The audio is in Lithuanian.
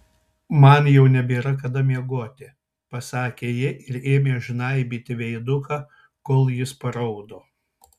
man jau nebėra kada miegoti pasakė ji ir ėmė žnaibyti veiduką kol jis paraudo